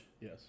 Yes